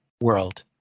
world